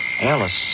Alice